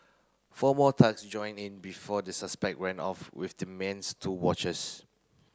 four more thugs joined in before the suspect ran off with the man's two watches